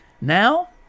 Now